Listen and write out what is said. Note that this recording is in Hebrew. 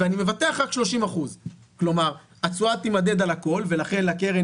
ואני מבטח רק 30%. כלומר התשואה תימדד על הכול ולכן לקרן